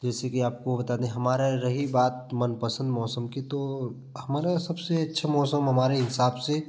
जैसे कि आपको बता दें हमारा रही बात मनपसंद मौसम कि तो हमारा सबसे अच्छा मौसम हमारे हिसाब से